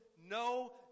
no